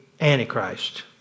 Antichrist